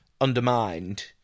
undermined